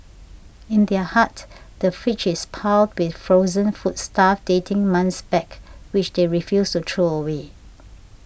in their hut the fridge is piled with frozen foodstuff dating months back which they refuse to throw away